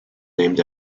named